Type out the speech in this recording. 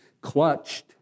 clutched